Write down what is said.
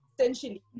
essentially